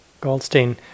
Goldstein